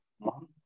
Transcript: Mom